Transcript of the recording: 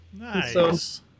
nice